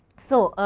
so,